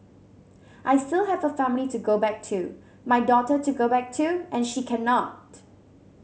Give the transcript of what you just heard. I still have a family to go back to my daughter to go back to and she cannot